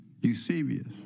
Eusebius